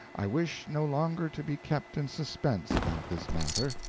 i wish no longer to be kept in suspense about this matter.